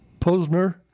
Posner